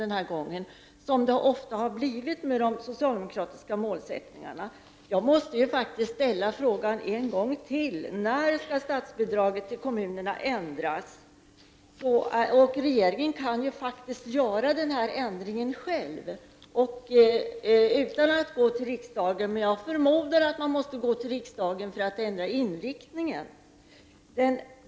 Detta har ju ofta skett med de socialdemokratiska löftena. Jag måste faktiskt ställa frågan en gång till: När skall statsbidraget till kommunerna ändras? Regeringen kan ju faktiskt själv genomföra denna ändring utan att gå till riksdagen. Jag förmodar att man emellertid måste gå till riksdagen för att ändra på inriktningen.